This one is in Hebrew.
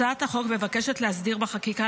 הצעת החוק מבקשת להסדיר בחקיקה,